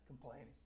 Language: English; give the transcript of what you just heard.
complaining